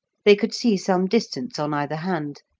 they could see some distance on either hand,